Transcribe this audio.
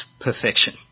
perfection